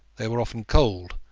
they were often cold,